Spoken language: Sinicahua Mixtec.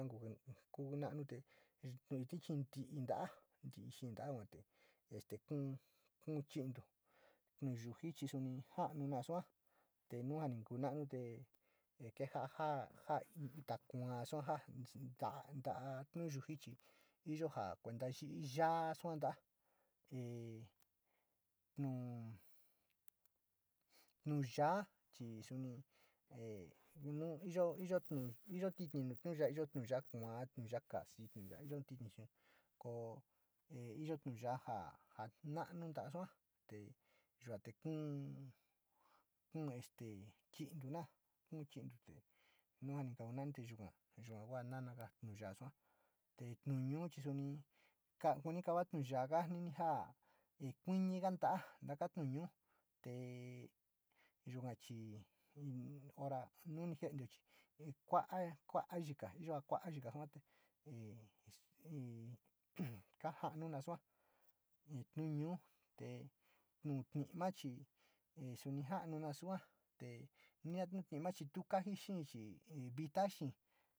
Kuu nanute, nu itni chi nti ta´a, nti´i xini ta´a este kuu, kuu chintu, nu yuji suni ja´anu na sua te nu a ni nanu te kejaa jáa nu kua sua, ja no nu yuja chi itjo kueta viri yua sua tala e no wu yadi chi suunt nu iya, iyo, iyo tinti nu vara kua, nu yaa kasi, o “tint” nu iyo nu yao ja nioinu ntala sada te yua te kuu este chiintuina, chiintu te yua ni’ kaku nanu yua kua nanaga nu yaa sua, ntitu huusi sua ka kuni kawa nu vara jaa e koninga ntana mob, yo yua sua ni min suunt. Jentleo chi kwoio kuwa jika, kuwa jika saata e, ka janu na sua, ntu ñuu te nu ñitma chi suni ja´anu te nu ntima tu kajie xee chi vita xee.